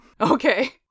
Okay